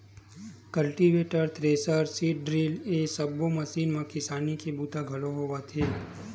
cultivator, thresher, seed drill ए सब्बो machine म किसानी के बूता घलोक होवत हे